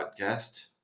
Podcast